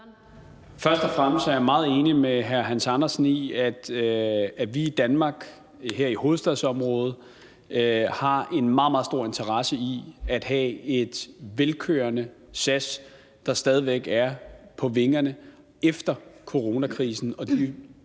Først og fremmest er jeg meget enig med hr. Hans Andersen i, at vi i Danmark og her i hovedstadsområdet har en meget, meget stor interesse i at have et velkørende SAS, der stadig væk er på vingerne efter coronakrisen